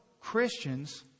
Christians